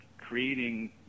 creating